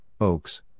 Oaks